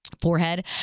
forehead